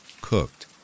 cooked